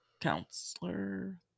Counselor